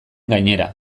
gainera